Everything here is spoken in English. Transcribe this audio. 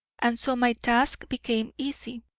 and so my task became easy.